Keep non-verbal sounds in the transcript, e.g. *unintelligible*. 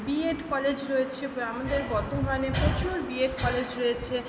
B Ed college রয়েছে *unintelligible* আমাদের বর্ধমানে প্রচুর বি এড কলেজ রয়েছে